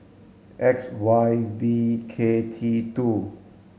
X Y V K T two